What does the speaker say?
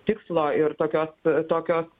tikslo ir tokios tokios